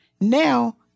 Now